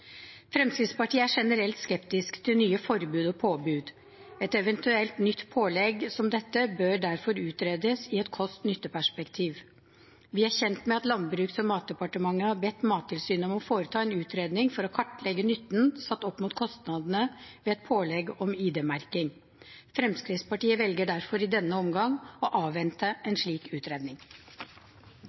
Fremskrittspartiet er generelt skeptisk til nye forbud og påbud. Et eventuelt nytt pålegg som dette bør derfor utredes i et kost–nytte-perspektiv. Vi er kjent med at Landbruks- og matdepartementet har bedt Mattilsynet om å foreta en utredning for å kartlegge nytten satt opp mot kostnadene ved et pålegg om ID-merking. Fremskrittspartiet velger derfor i denne omgang å avvente en slik utredning.